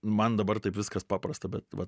man dabar taip viskas paprasta bet va